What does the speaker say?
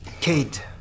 Kate